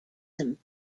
some